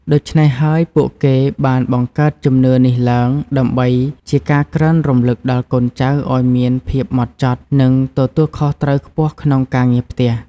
ដូច្នេះហើយ ពួកគេបានបង្កើតជំនឿនេះឡើង ដើម្បីជាការក្រើនរំលឹកដល់កូនចៅឱ្យមានភាពហ្មត់ចត់ និងទទួលខុសត្រូវខ្ពស់ក្នុងការងារផ្ទះ។